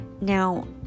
now